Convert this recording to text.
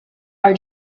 are